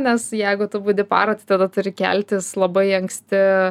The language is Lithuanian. nes jeigu tu budi parą tai tada turi keltis labai anksti